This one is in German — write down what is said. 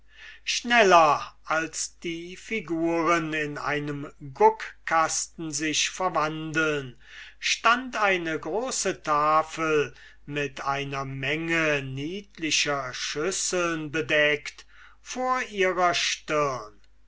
schneller als die figuren in einem guckkasten sich verwandeln stund eine große tafel mit einer menge niedlicher schüsseln bedeckt vor ihrer stirne